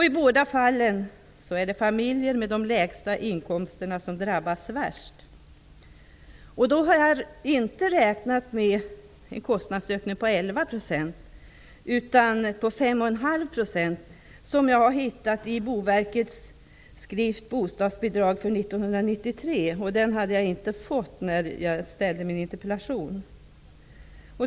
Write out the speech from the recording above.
I båda fallen är det familjer med de lägsta inkomsterna som drabbas värst. Jag har nu inte räknat med en kostnadsökning på 11 % utan på 5,5 %. Den siffran har jag hittat i Boverkets skrift Bostadsbidrag 1993. Den hade jag inte fått när jag ställde min interpellation.